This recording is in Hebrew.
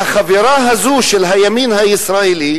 והחבירה הזו של הימין הישראלי